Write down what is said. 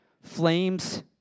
Flames